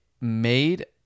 made